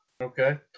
Okay